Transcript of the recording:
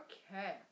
Okay